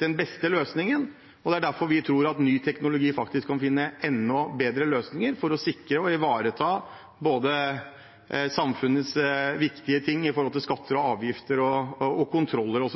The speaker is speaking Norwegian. den beste løsningen. Det er derfor vi tror at ny teknologi faktisk kan finne enda bedre løsninger for å sikre og ivareta samfunnets viktige ting i forhold til skatter og avgifter og kontroller